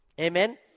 Amen